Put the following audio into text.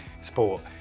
sport